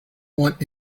want